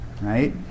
right